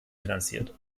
finanziert